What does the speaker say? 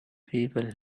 people